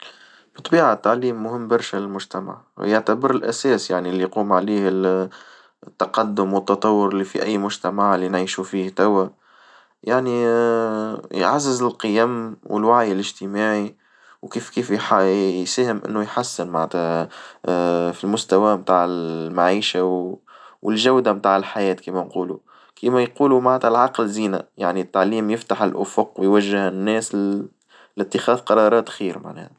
بالطبيعة التعليم مهم برشا للمجتمع، يعتبر الأساس يعني اللي يقوم عليه التقدم والتطور اللي في أي مجتمع اللي نعيشو فيه توا، يعني يعزز القيم والوعي الاجتماعي، وكيف كيف يح- يساهم إنه يحسن معنتا في المستوى متاع المعيشة والجودة متاع الحياة كيما نقولو كيما يقولو معنتا العقل زينة يعني التعليم يفتح الأفق ويوجه الناس لاتخاذ قرارات خير معناها.